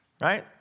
Right